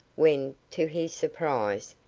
when, to his surprise,